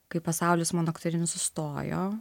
kai pasaulis mano aktorinis sustojo